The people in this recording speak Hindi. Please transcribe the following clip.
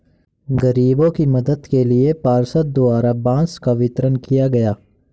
गरीबों के मदद के लिए पार्षद द्वारा बांस का वितरण किया गया